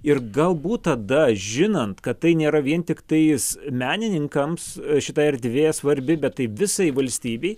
ir galbūt tada žinant kad tai nėra vien tiktai jis menininkams šita erdvė svarbi bet tai visai valstybei